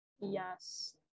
yes